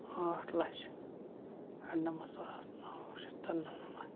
ٲٹھ لَچھ اَرنَمَتھ ساس نَو شیٚتھ تہٕ نَمنَمَتھ